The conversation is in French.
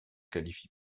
qualifie